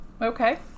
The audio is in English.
okay